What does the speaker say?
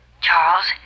Charles